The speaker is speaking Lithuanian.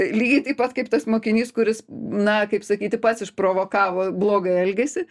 lygiai taip pat kaip tas mokinys kuris na kaip sakyti pats išprovokavo blogą elgesį